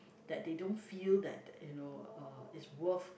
that they don't feel that you know uh it's worth